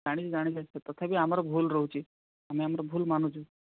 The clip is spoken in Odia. ଜାଣିଛୁ ଜାଣିଛୁ ତଥାପି ଆମର ଭୁଲ୍ ରହୁଛି ଆମେ ଆମର ଭୁଲ୍ ମାନୁଛୁ